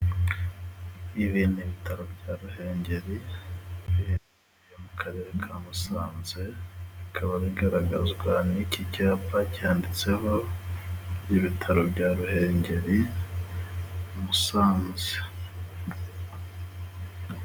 Ibi ni ibitaro bya Ruhengeri biri mu Karere ka Musanze. Bikaba bigaragazwa n'iki cyapa cyanditseho ibitaro bya Ruhengeri Musanze.